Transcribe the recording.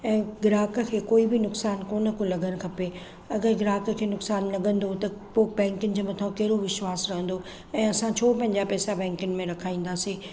ऐं ग्राहक खे कोई बि नुक़सानु कोनि को लगनि खपे अगरि ग्राहक के नुक़सानु लॻंदो त पोइ बैंकुनि जे मथो कहिड़ो विश्वास रहंदो ऐं असां छो पंहिंजा पैसा बैंकिन में रखाईंदासीं